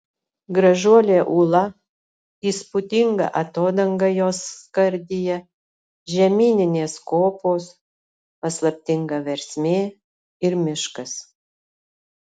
gražuolė ūla įspūdinga atodanga jos skardyje žemyninės kopos paslaptinga versmė ir miškas